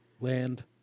Land